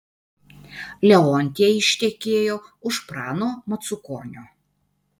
leontija ištekėjo už prano macukonio